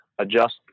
adjust